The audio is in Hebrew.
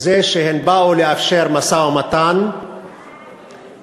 שהיא באה לאפשר משא-ומתן בלי